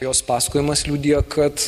jos pasakojimas liudija kad